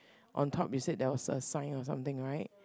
on top you said there was a sign or something right